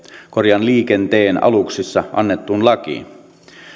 kotimaanliikenteen aluksissa annettuun lakiin